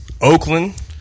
Oakland